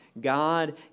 God